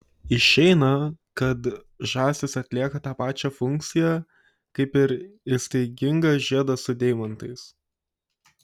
išeina kad žąsys atlieka tą pačią funkciją kaip ir ištaigingas žiedas su deimantais